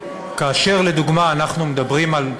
כאשר לדוגמה אנחנו מדברים על,